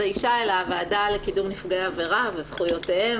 האישה אלא הוועדה לקידום נפגעי עבירה וזכויותיהם.